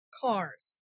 cars